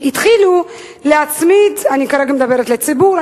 אני כרגע מדברת לציבור.